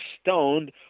stoned